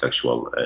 sexual